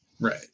Right